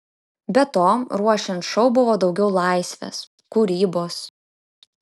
be to ruošiant šou buvo daugiau laisvės kūrybos